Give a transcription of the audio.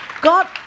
God